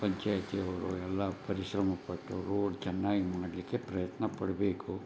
ಪಂಚಾಯತಿ ಅವರು ಎಲ್ಲಾ ಪರಿಶ್ರಮ ಪಟ್ಟು ರೋಡ್ ಚೆನ್ನಾಗಿ ಮಾಡಲಿಕ್ಕೆ ಪ್ರಯತ್ನ ಪಡಬೇಕು